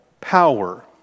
power